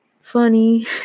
funny